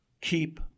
keep